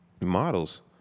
models